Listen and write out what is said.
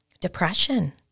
depression